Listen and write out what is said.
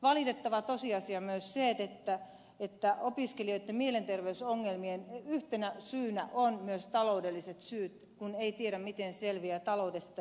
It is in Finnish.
valitettava tosiasia on myös se että opiskelijoitten mielenterveysongelmien yhtenä syynä ovat myös taloudelliset syyt kun ei tiedä miten selvitä taloudesta